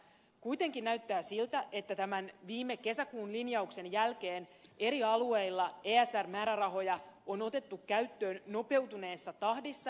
kuitenkin näyttää siltä että tämän viime kesäkuun linjauksen jälkeen eri alueilla esr määrärahoja on otettu käyttöön nopeutuneessa tahdissa